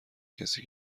کسی